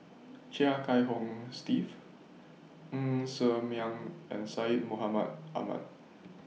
Chia Kiah Hong Steve Ng Ser Miang and Syed Mohamed Ahmed